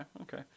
Okay